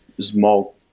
small